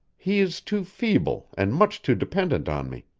he is too feeble and much too dependent on me.